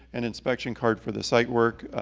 an inspection card for the site work.